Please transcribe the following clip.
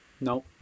No